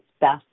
best